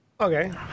Okay